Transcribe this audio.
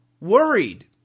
worried